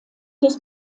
des